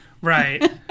Right